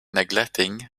neglecting